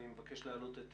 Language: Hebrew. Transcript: אני מבקש להעלות את